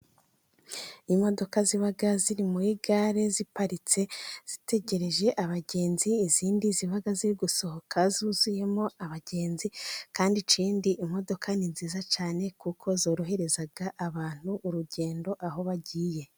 Imodoka ziba ziri muri gare ziparitse zitegereje abagenzi, izindi ziba ziri gusohoka zuzuyemo abagenzi, kandi ikindi imodoka ni nziza cyane kuko zorohereza abantu urugendo aho bagiye.